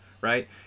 right